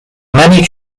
many